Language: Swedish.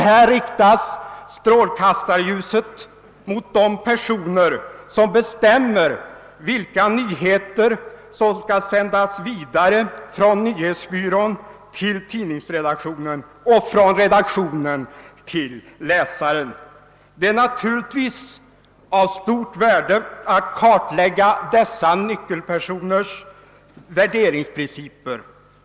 Här riktas strålkastarljuset mot de personer som bestämmer vilka nyheter som skall sändas vidare från nyhetsbyrån till tidningsredaktionerna och från dessa till läsarna. Det är naturligtvis av stort värde att kartlägga dessa nyckelpersoners värderingsprinciper.